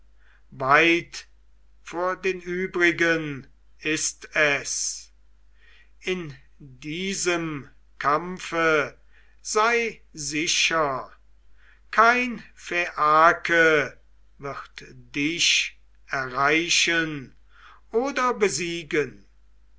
weit vor den übrigen ist es in diesem kampfe sei sicher kein phaiake wird dich erreichen oder besiegen